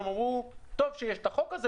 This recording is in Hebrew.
הן אמרו: טוב שיש את החוק הזה,